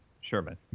Sherman